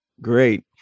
Great